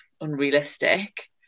unrealistic